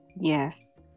yes